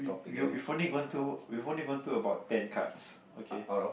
we we've only gone through we've only gone through about ten cards okay